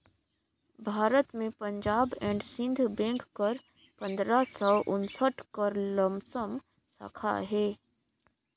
भारत में Punjab and Sind bank कर पंदरा सव उन्सठ कर लमसम साखा अहे